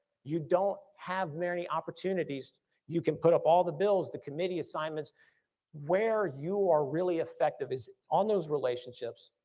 you don't have many opportunities you can put up all the bills, the committee assignments where you are really effective is on those relationships,